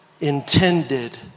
intended